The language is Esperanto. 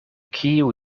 kiu